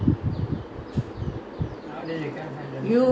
you always go and explore forest